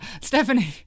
Stephanie